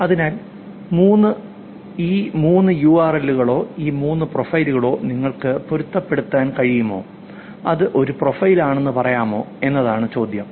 അതിനാൽ ഈ 3 U R L കളോ ഈ 3 പ്രൊഫൈലുകളോ നിങ്ങൾക്ക് പൊരുത്തപ്പെടുത്താൻ കഴിയുമോ അത് ഒരേ പ്രൊഫൈൽ ആണെന്ന് പറയുമോ എന്നതാണ് ചോദ്യം